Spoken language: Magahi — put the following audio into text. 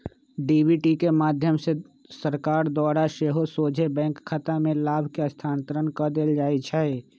डी.बी.टी के माध्यम से सरकार द्वारा सेहो सोझे बैंक खतामें लाभ के स्थानान्तरण कऽ देल जाइ छै